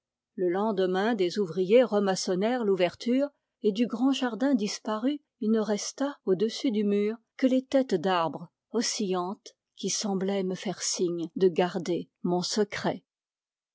le lendemain des ouvriers remaçonnèrent l'ouverture et du grand jardin disparu il ne resta au-dessus du mur que les têtes d'arbres oscillantes qui semblaient me faire signe de garder mon secret